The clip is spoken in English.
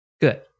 Good